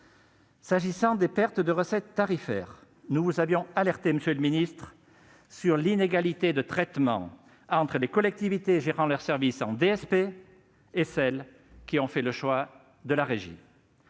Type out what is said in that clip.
S'agissant des pertes de recettes tarifaires, nous vous avions alerté, monsieur le ministre, sur l'inégalité de traitement entre les collectivités gérant leur service en délégation de service public (DSP) et celles qui ont fait le choix de la régie.